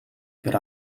per